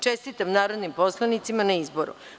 Čestitam narodnom poslaniku na izboru.